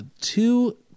two